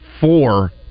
four